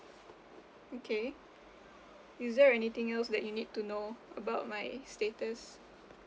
okay is there anything else that you need to know about my status